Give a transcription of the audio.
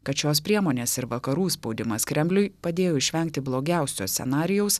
kad šios priemonės ir vakarų spaudimas kremliui padėjo išvengti blogiausio scenarijaus